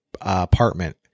apartment